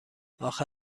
آخه